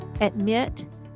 admit